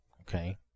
Okay